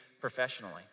professionally